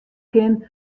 kin